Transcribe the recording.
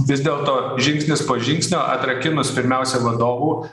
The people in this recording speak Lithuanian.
vis dėlto žingsnis po žingsnio atrakinus pirmiausia vadovų